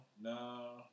no